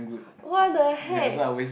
what the heck